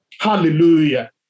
Hallelujah